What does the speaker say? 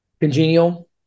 Congenial